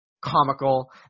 comical